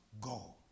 go